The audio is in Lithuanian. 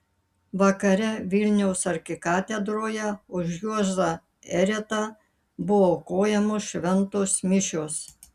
vakare vilniaus arkikatedroje už juozą eretą buvo aukojamos šventos mišios